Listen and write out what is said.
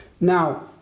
Now